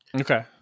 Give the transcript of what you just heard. Okay